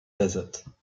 desert